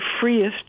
freest